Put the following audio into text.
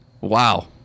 Wow